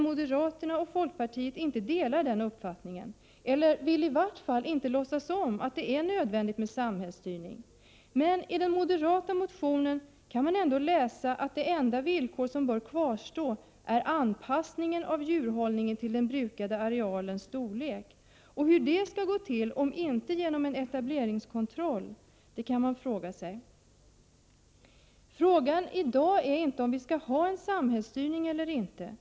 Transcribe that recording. Moderaterna och folkpartiet delar inte den uppfattningen, eller vill i alla fall inte låtsas om att det är nödvändigt med samhällsstyrning. Men i den moderata motionen kan man ändå läsa att det enda villkor som bör kvarstå är anpassningen av djurhållningen till den brukade arealens storlek. Hur det skall gå till, om inte genom en etableringskontroll, kan man fråga sig. Frågan i dag är inte om vi skall ha samhällsstyrning eller inte.